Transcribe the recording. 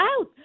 out